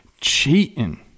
cheating